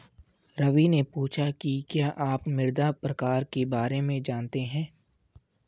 रवि ने पूछा कि क्या आप मृदा प्रकार के बारे में जानते है?